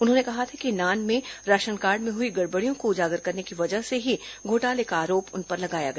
उन्होंने कहा था कि नान में राशन कार्ड में हई गड़बड़ियों को उजागर करने की वजह से ही घोटाले का आरोप उन पर लगाया गया